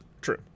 true